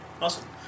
Awesome